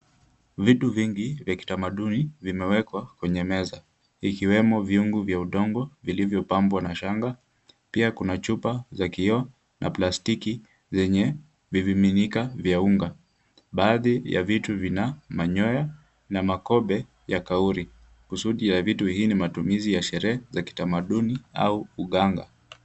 Vitu vingi vya kitamaduni vimewekwa kwenye meza. Vikiwemo vyungu vya udongo vilivyopambwa na shanga. Pia kuna chupa za kioo na plastiki zenye vimiminika vya unga. Baadhi ya vitu vina manyoya na makobe ya kauri . Kusudi ya vitu hii ni matumizi ya sherehe za kitamaduni au uganga.